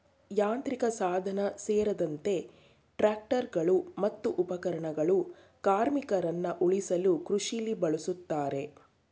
ಯಾಂತ್ರಿಕಸಾಧನ ಸೇರ್ದಂತೆ ಟ್ರಾಕ್ಟರ್ಗಳು ಮತ್ತು ಉಪಕರಣಗಳು ಕಾರ್ಮಿಕರನ್ನ ಉಳಿಸಲು ಕೃಷಿಲಿ ಬಳುಸ್ತಾರೆ